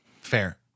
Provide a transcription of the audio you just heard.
Fair